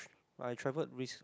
but I travelled Greece